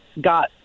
got